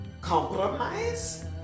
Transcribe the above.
Compromise